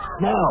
Now